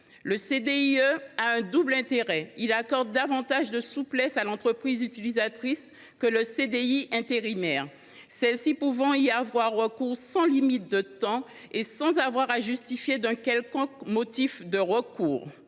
Le CDIE a un double intérêt : d’une part il offre plus de souplesse à l’entreprise utilisatrice que le CDI intérimaire, celle ci pouvant y avoir recours sans limite de temps et sans avoir à justifier d’un quelconque motif de recours